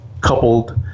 coupled